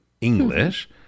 English